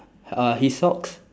uh his socks